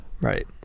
Right